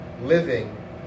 living